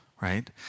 Right